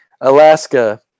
Alaska